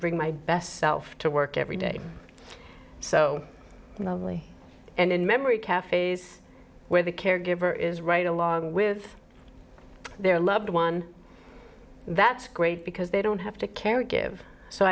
bring my best self to work every day so the only and in memory cafs where the caregiver is right along with their loved one that's great because they don't have to carry give so